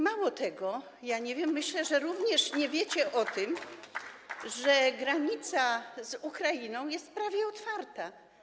Mało tego, myślę, że również nie wiecie o tym, że granica z Ukrainą jest prawie otwarta.